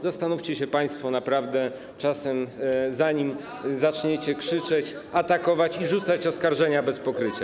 Zastanówcie się państwo naprawdę czasem, zanim zaczniecie krzyczeć, atakować i rzucać oskarżenia bez pokrycia.